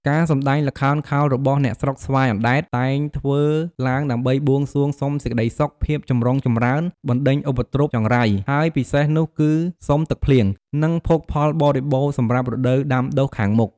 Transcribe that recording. ការសម្ដែងល្ខោនខោលរបស់អ្នកស្រុកស្វាយអណ្ដែតតែងធ្វើឡើងដើម្បីបួងសួងសុំសេចក្ដីសុខ, ភាពចម្រុងចម្រើន, បណ្ដេញឧបទ្រពចង្រៃ ហើយពិសេសនោះគឺសុំទឹកភ្លៀង និងភោគផលបរិបូណ៌សម្រាប់រដូវដាំដុះខាងមុខ។